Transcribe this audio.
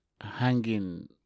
hanging